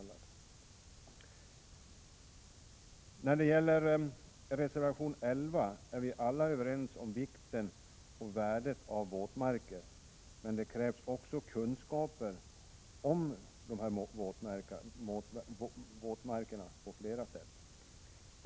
Reservation 11 gäller våtmarkerna. Vi är alla överens om vikten och värdet av våtmarker, men det krävs också kunskaper om dessa på flera sätt.